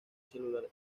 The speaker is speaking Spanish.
celular